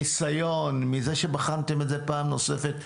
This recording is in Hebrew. מהניסיון, מזה שבחנתם את זה פעם נוספת,